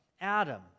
Adam